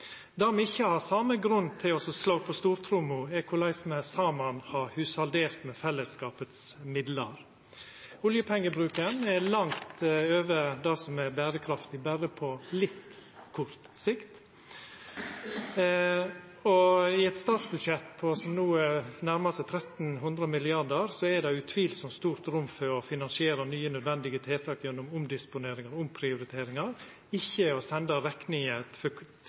Der me ikkje har same grunn til å slå på stortromma, er korleis me saman har hushaldert med fellesskapets midlar. Oljepengebruken er langt over det som er berekraftig berre på litt kort sikt, og i eit statsbudsjett som no nærmar seg 1 300 mrd. kr, er det utvilsamt stort rom for å finansiera nye nødvendige tiltak gjennom omdisponering og omprioriteringar, ikkje å senda